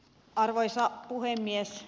arvoisa puhemies